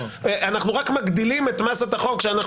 אנחנו רק מגדילים את מסת החוב כשאנחנו